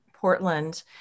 Portland